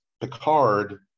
Picard